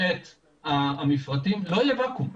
את המפרטים לא יהיה ואקום,